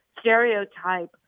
stereotype